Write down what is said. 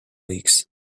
leaks